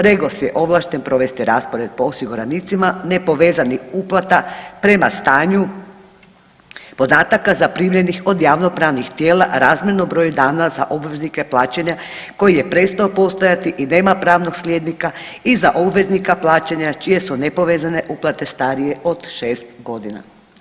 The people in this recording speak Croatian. REGOS je ovlašten provesti raspored po osiguranicima nepovezanih uplata prema stanju podataka zaprimljenih od javnopravnih tijela razmjerno broju dana za obveznike plaćanja koji je prestao postojati i da ima pravnog slijednika i za obveznika plaćanja čije su nepovezane uplate starije od 6 godina.